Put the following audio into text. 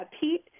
Pete –